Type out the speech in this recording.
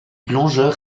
plongeurs